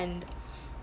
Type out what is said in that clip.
and